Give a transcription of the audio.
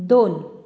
दोन